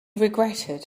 regretted